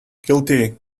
guilty